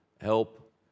help